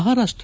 Maharashtra